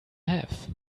have